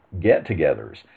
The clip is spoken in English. get-togethers